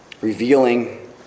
Revealing